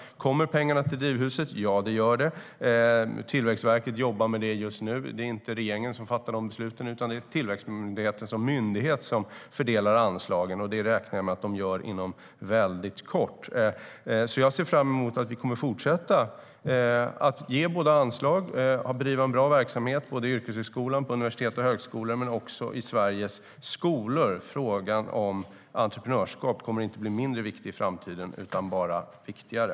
Kommer pengarna till Drivhuset? Ja, det gör de. Tillväxtverket jobbar med detta just nu. Det inte regeringen som fattar de besluten, utan det är Tillväxtverket som myndighet som fördelar anslagen. Det räknar jag med att de gör inom kort. Jag ser fram emot att vi kommer att fortsätta att ge anslag till att bedriva en bra verksamhet i yrkeshögskolan, på universitet och högskolor och i Sveriges skolor. Frågan om entreprenörskap kommer inte att bli mindre viktig i framtiden utan bara viktigare.